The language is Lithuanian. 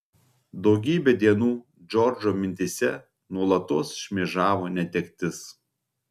daugybę dienų džordžo mintyse nuolatos šmėžavo netektis